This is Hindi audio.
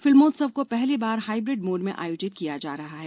फिल्मोत्सव को पहली बार हाइब्रिड मोड में आयोजित किया जा रहा है